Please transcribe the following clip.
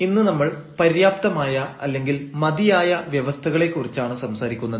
ഇന്ന് നമ്മൾ പര്യാപ്തമായ അല്ലെങ്കിൽ മതിയായ വ്യവസ്ഥകളെ കുറിച്ചാണ് സംസാരിക്കുന്നത്